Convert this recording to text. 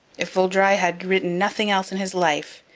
if vaudreuil had written nothing else in his life,